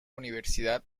universidad